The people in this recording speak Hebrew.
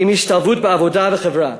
עם השתלבות בעבודה ובחברה,